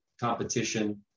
competition